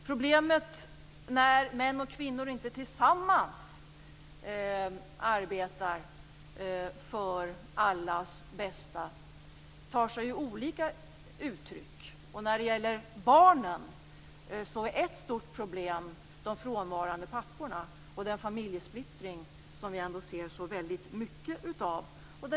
Problemet när män och kvinnor inte arbetar tillsammans för allas bästa tar sig olika uttryck. När det gäller barnen är ett stort problem de frånvarande papporna och den familjesplittring som vi ser så mycket av.